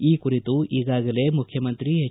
ಈ ಕುರಿತು ಈಗಾಗಲೇ ಮುಖ್ಕಮಂತ್ರಿ ಎಚ್